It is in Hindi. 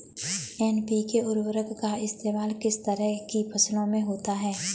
एन.पी.के उर्वरक का इस्तेमाल किस तरह की फसलों में होता है?